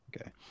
Okay